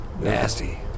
nasty